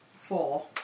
Four